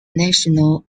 national